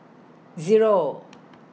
Zero